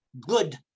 good